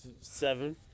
Seven